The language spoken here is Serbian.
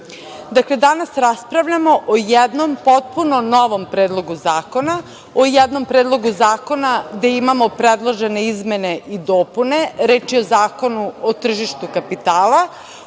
danas raspravljamo o jednom potpuno novom predlogu zakona, o jednom predlogu zakona gde imamo predložene izmene i dopune, a reč je o Zakonu o tržištu kapitala,